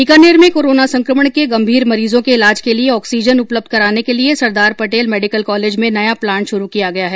बीकानेर में कोरोना संकमण के गंभीर मरीजों के इलाज के लिए ऑक्सीजन उपलब्ध कराने के लिए सरदार पटेल मेडिकल कॉलेज में नया प्लांट श्रू किया गया है